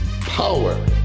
power